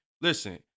Listen